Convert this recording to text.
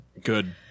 Good